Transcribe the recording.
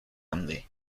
ande